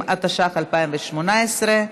התשע"ח 2018,